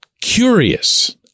curious